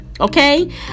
Okay